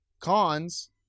Cons